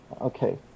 Okay